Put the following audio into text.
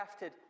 crafted